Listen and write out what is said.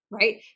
right